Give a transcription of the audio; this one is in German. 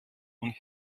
und